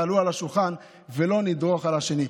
תעלו על השולחן ולא נדרוך על האחרים.